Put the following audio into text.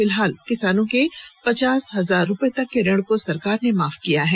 फिलहाल किसानों के पचास हजार रुपए तक के ऋण को सरकार ने माफ किया है